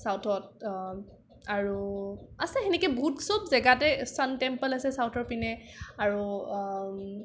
ছাউথত আৰু আছে সেনেকে বহুত চব জেগাতে ছান টেম্প'ল আছে ছাউথৰ পিনে আৰু